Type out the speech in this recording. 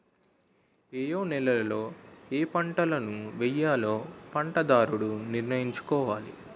ఏయే నేలలలో ఏపంటలను వేయాలో పంటదారుడు నిర్ణయించుకోవాలి